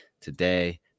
today